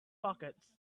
pockets